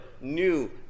new